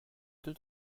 tout